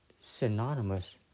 synonymous